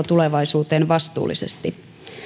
tulevaisuuteen vastuullisesti